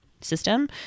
system